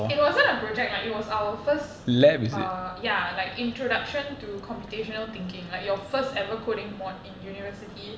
it wasn't a project like it was our first uh ya like introduction to computational thinking like your first ever coding mod in university